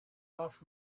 off